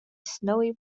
snowy